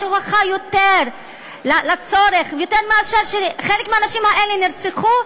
יש הוכחה טובה יותר לצורך מאשר שחלק מהנשים האלה נרצחו?